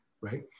right